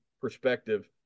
perspective